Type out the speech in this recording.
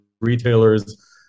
retailers